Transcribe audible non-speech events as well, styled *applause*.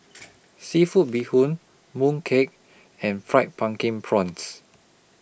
*noise* Seafood Bee Hoon Mooncake and Fried Pumpkin Prawns